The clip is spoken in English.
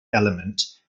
element